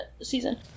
season